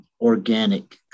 organic